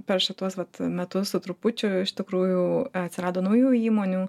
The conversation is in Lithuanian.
per šituos vat metus su trupučiu iš tikrųjų atsirado naujų įmonių